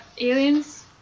Aliens